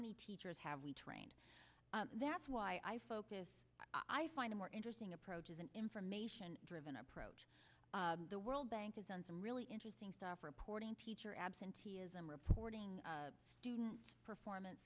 many teachers have we trained that's why i focus i find a more interesting approach is an information driven approach the world bank has done some really interesting stuff reporting teacher absenteeism reporting student performance